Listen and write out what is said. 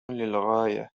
للغاية